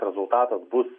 rezultatas bus